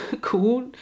cool